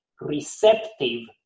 receptive